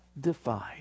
defied